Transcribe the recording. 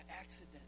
accident